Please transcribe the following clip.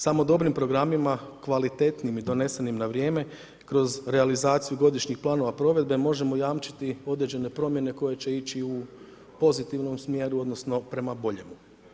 Samo dobrim programima, kvalitetnim i donesenim na vrijeme kroz realizaciju godišnjih planova provedbe možemo jamčiti određene promjene koje će ići u pozitivnom smjeru, odnosno prema boljemu.